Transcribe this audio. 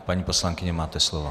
Paní poslankyně, máte slovo.